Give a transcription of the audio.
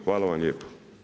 Hvala vam lijepo.